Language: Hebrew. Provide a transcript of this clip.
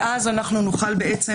ואז אנחנו נוכל בעצם,